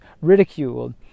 ridiculed